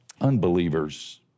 unbelievers